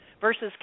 versus